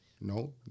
No